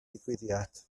digwyddiad